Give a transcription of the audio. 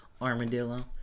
armadillo